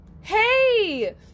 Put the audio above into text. hey